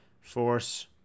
force